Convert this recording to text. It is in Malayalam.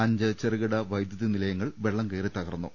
അഞ്ച് ചെറുകിട വൈദ്യുതി നിലയങ്ങൾ വെള്ളം കയറി തകർന്നു